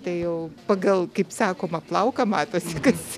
tai jau pagal kaip sakoma plauką matosi kad